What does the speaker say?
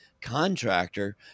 contractor